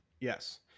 Yes